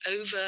over